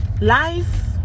life